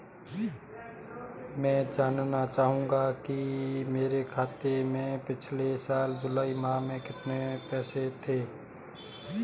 मैं जानना चाहूंगा कि मेरे खाते में पिछले साल जुलाई माह में कितने पैसे थे?